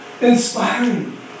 inspiring